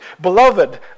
Beloved